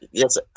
yes